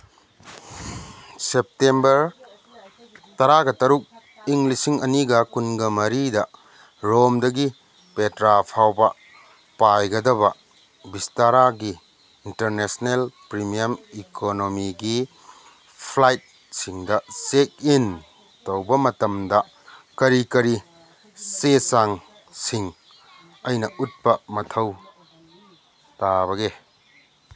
September ꯇꯔꯥꯒ ꯇꯔꯨꯛ ꯏꯪ ꯂꯤꯁꯤꯡ ꯑꯅꯤꯒ ꯀꯨꯟꯒ ꯃꯔꯤꯗ ꯔꯣꯝꯗꯒꯤ ꯄꯦꯇ꯭ꯔꯥ ꯐꯥꯎꯕ ꯄꯥꯏꯒꯗꯕ ꯕꯤꯁꯇꯔꯥꯒꯤ ꯏꯟꯇꯔꯅꯦꯁꯅꯦꯜ ꯄ꯭ꯔꯤꯃꯤꯌꯝ ꯏꯀꯣꯅꯣꯃꯤꯒꯤ ꯐ꯭ꯂꯥꯏꯠꯁꯤꯡꯗ ꯆꯦꯛ ꯏꯟ ꯇꯧꯕ ꯃꯇꯝꯗ ꯀꯔꯤ ꯀꯔꯤ ꯆꯦ ꯆꯥꯡꯁꯤꯡ ꯑꯩꯅ ꯎꯠꯄ ꯃꯊꯧ ꯇꯥꯕꯒꯦ